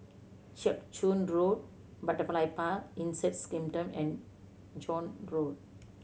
Jiak Chuan Road Butterfly Park Insect Kingdom and Joan Road